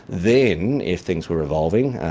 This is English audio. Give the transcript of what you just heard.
then if things were evolving,